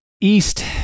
East